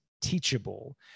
teachable